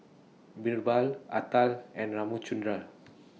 Birbal Atal and Ramchundra